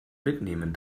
mitnehmen